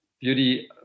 beauty